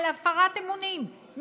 על הפרת אמונים,